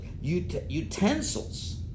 utensils